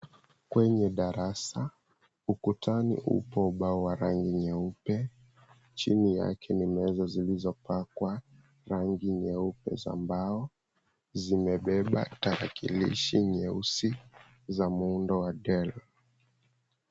Kwenye darasa, ukutani upo ubao wa rangi nyeupe. Chini yake kuna meza zilizopakwa rangi nyeupe za mbao, ambazo zimebeba tarakilishi nyeusi za muundo wa Dell.